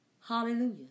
Hallelujah